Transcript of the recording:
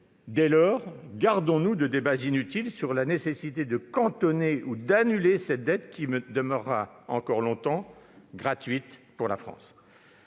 Dès lors, gardons-nous de débats inutiles sur la nécessité de cantonner ou d'annuler cette dette qui demeurera encore longtemps « gratuite » pour la France.